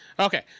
Okay